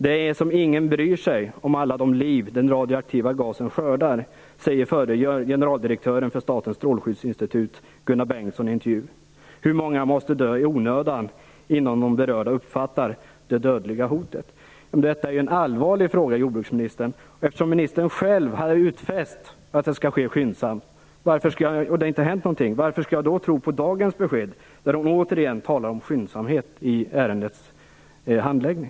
Det är som ingen bryr sig om alla de liv den radioaktiva gasen skördar, säger förre generaldirektören för statens strålskyddsinstitut Gunnar Bengtsson i en intervju. Hur många måste dö i onödan innan de berörda uppfattar det dödliga hotet?" Detta är en allvarlig fråga, jordbruksministern. Ministern själv har utfäst att beredningen skall ske skyndsamt. Varför har det inte hänt någonting? Varför skall jag då tro på dagens besked när hon återigen talar om skyndsamhet vid ärendets handläggning?